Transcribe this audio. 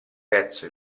pezzo